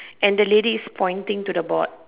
and the lady is pointing to the board